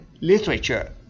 literature